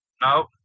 no